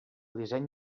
disseny